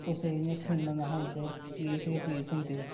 कुसै इ'यां फिरन निहा दिंदे पुलिस गै पुलिस होंदी ही